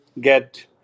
get